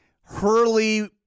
Hurley